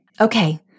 Okay